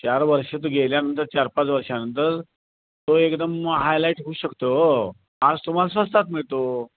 चार वर्षं तो गेल्यानंतर चार पाच वर्षानंतर तो एकदम हायलाईट होऊ शकतो आहे हो आज तुम्हाला स्वस्तात मिळतो